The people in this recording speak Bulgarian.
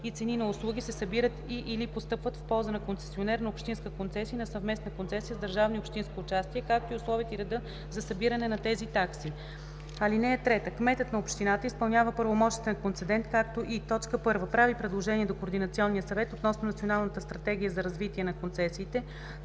и цени на услуги се събират и/или постъпват в полза на концесионер на общинска концесия и на съвместна концесия с държавно и общинско участие, както и условията и реда за събиране на тези такси. (3) Кметът на общината изпълнява правомощията на концедент, както и: 1. прави предложения до Координационния съвет относно Националната стратегия за развитие на концесиите;